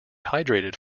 hydrated